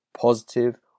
positive